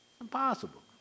Impossible